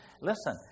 Listen